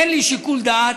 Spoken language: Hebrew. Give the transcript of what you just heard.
אין לי שיקול דעת,